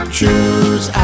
choose